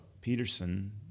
Peterson